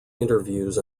interviews